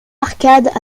arcades